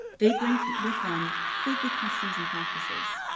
they bring with them filthy customs and practices.